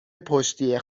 پشتی